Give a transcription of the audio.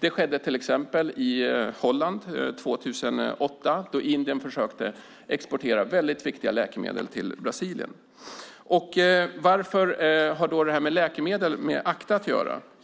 Det skedde till exempel i Holland 2008 då Indien försökte exportera väldigt viktiga läkemedel till Brasilien. Varför har då detta med läkemedel med ACTA att göra?